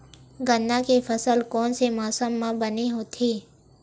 गन्ना के फसल कोन से मौसम म बने होथे?